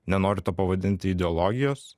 nenoriu to pavadinti ideologijos